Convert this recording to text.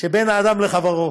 שבין אדם לחברו.